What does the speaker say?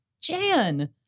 Jan